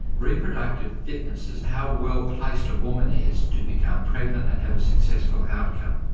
reproductive fitness is how well placed a woman is to become pregnant and have a successful outcome.